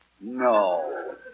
No